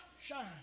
shine